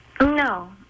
No